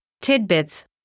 tidbits